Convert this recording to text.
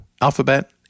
Alphabet